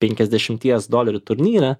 penkiasdešimties dolerių turnyre